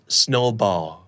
snowball